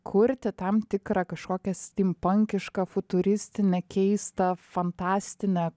kurti tam tikrą kažkokią stimpankišką futuristinę keistą fantastinę